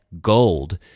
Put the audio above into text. Gold